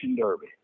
derby